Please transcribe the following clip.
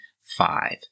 five